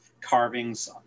carvings